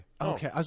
Okay